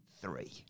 three